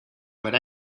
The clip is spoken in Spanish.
verá